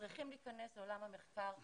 וצריכים להיכנס לעולם המחקר בארץ.